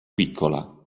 piccola